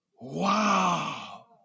wow